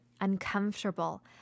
uncomfortable